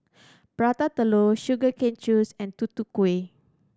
Prata Telur sugar cane juice and Tutu Kueh